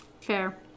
Fair